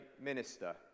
minister